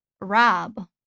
Rob